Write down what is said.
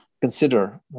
consider